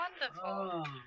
Wonderful